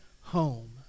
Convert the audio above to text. home